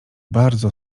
bardzo